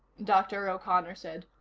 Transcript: dr. o'connor said.